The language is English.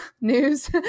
news